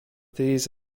these